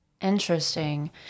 interesting